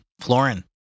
Florin